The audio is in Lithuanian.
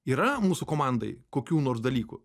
yra mūsų komandai kokių nors dalykų